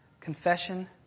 Confession